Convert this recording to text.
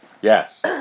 Yes